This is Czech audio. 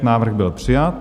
Návrh byl přijat.